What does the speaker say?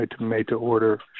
made-to-order